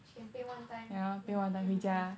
she can paint one time then 没有人管她